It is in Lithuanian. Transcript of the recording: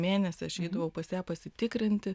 mėnesį aš eidavau pas ją pasitikrinti